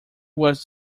was